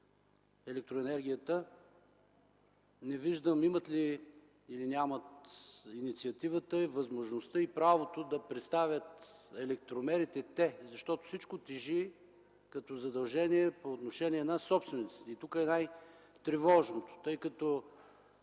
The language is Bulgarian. електроенергията, не виждам имат ли, или нямат инициативата, възможността и правото да представят те електромерите за контрол, а той тежи като задължение по отношение на собствениците. Тук това е най-тревожното. Съмнението